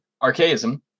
archaism